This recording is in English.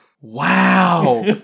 Wow